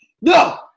no